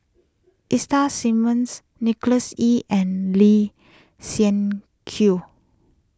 Simmons Nicholas Ee and Lee Siak Kew